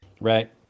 Right